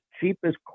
cheapest